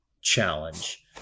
challenge